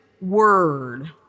word